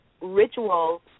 rituals